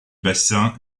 bassin